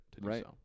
Right